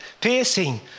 piercing